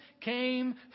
came